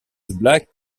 black